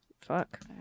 Fuck